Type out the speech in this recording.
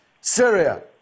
syria